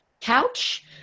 couch